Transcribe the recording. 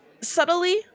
subtly